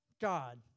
God